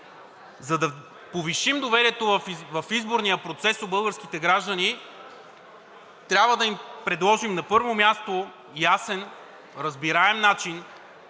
За да повишим доверието в изборния процес у българските граждани, трябва да им предложим, на първо място, ясен, разбираем начин